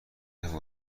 احترام